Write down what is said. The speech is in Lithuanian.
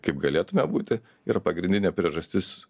kaip galėtume būti ir pagrindinė priežastis